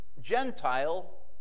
Gentile